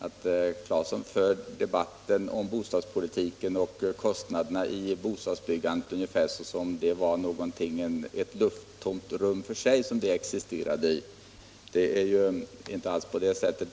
Herr Claesson talar om bostadspolitiken och kostnaderna i bostadsbyggandet ungefär som om bostäder existerade i ett lufttomt rum för sig. Men det är ju inte alls på det sättet.